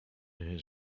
his